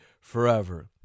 forever